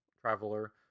traveler